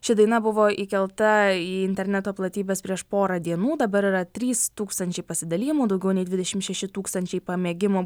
ši daina buvo įkelta į interneto platybes prieš porą dienų dabar yra trys tūkstančiai pasidalijimų daugiau nei dvidešimt šeši tūkstančiai pamėgimo